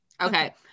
Okay